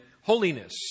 holiness